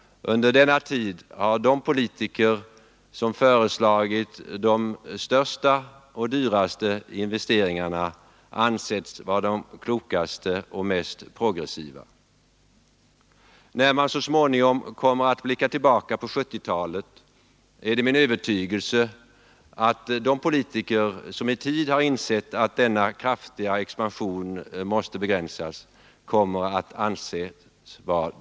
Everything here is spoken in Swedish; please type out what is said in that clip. Under denna tid har de politiker som föreslagit de största och dyraste investeringarna ansetts vara de klokaste och mest progressiva. Det är min övertygelse att när man så småningom kommer att blicka tillbaka på 1970-talet, så kommer de politiker att anses vara de klokaste som i dag har insett att denna kraftiga expansion måste begränsas.